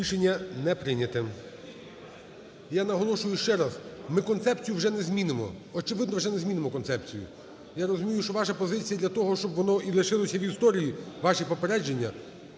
Рішення не прийняте. Я наголошую ще раз, ми концепцію вже не змінимо, очевидно, вже не змінимо концепцію. Я розумію, що ваша позиція для того, щоб воно і лишилося в історії, ваші попередження,